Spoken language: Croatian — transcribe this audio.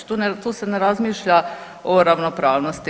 Tu se ne razmišlja o ravnopravnosti.